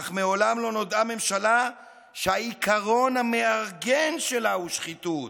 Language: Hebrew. אך מעולם לא נודעה ממשלה שהעיקרון המארגן שלה הוא שחיתות.